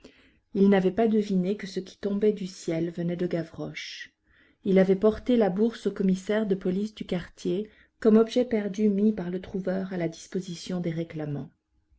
il n'avait pas deviné que ce qui tombait du ciel venait de gavroche il avait porté la bourse au commissaire de police du quartier comme objet perdu mis par le trouveur à la disposition des